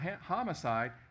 homicide